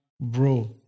bro